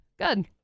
Good